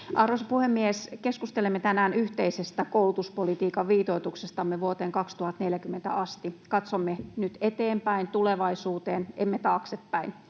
Arvoisa puhemies! Keskustelemme tänään yhteisestä koulutuspolitiikan viitoituksestamme vuoteen 2040 asti. Katsomme nyt eteenpäin tulevaisuuteen, emme taaksepäin.